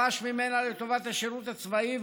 ופרש ממנה לטובת השירות הצבאי.